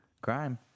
crime